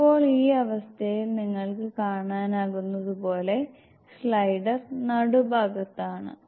ഇപ്പോൾ ഈ അവസ്ഥയിൽ നിങ്ങൾക്ക് കാണാനാകുന്നതുപോലെ സ്ലൈഡർ നടു ഭാഗത്താണ്